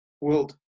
world